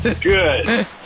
Good